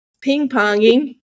ping-ponging